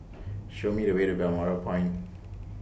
Show Me The Way to Balmoral Point